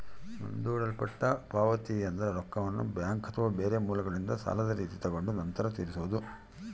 ಮುಂದೂಡಲ್ಪಟ್ಟ ಪಾವತಿಯೆಂದ್ರ ರೊಕ್ಕವನ್ನ ಬ್ಯಾಂಕ್ ಅಥವಾ ಬೇರೆ ಮೂಲಗಳಿಂದ ಸಾಲದ ರೀತಿ ತಗೊಂಡು ನಂತರ ತೀರಿಸೊದು